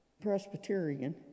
Presbyterian